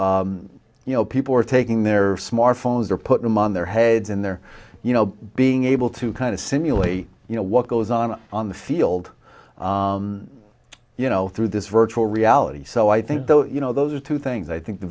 you know people are taking their smartphones or put them on their heads in their you know being able to kind of simulate you know what goes on on the field you know through this virtual reality so i think the you know those are two things i think the